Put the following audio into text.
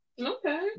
Okay